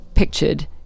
Pictured